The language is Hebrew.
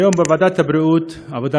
היום בוועדת העבודה,